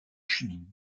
chili